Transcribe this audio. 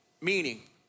meaning